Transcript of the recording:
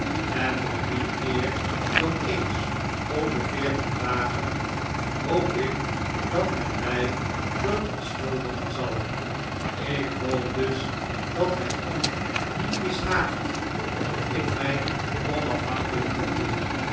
en dat niet meer dan eens om de veertien dagen hoop ik dat men mij verontschuldigen zal ik hoop dus dat het u niet mishaagt dat ik mij onafhankelijk gevoel